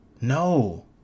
No